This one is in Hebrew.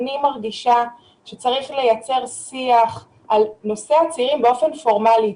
אני מרגישה שצריך לייצר שיח על נושא הצעירים באופן פורמלי,